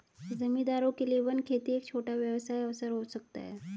जमींदारों के लिए वन खेती एक छोटा व्यवसाय अवसर हो सकता है